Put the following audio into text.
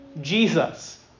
Jesus